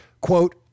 quote